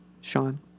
Sean